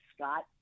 Scott